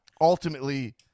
ultimately